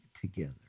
together